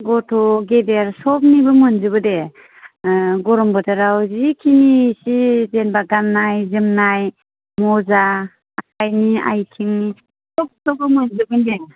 गथ' गेदेर सबनिबो मोनजोबो दे गरम बोथोराव जिखिनि सि जेनेबा गान्नाय जोमनाय मजा आखायनि आथिंनि सब सबखौनो मोनजोबगोन दे